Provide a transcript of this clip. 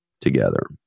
together